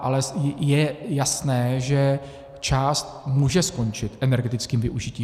Ale je jasné, že část může skončit energetickým využitím.